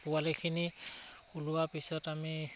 পোৱালিখিনি ওলোৱা পিছত আমি